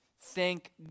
Thank